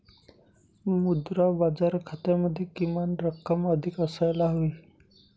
मुद्रा बाजार खात्यामध्ये किमान रक्कम अधिक असायला हवी